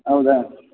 ಹೌದಾ